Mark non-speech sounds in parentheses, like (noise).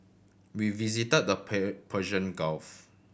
we visited the (unintelligible) Persian Gulf